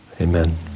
Amen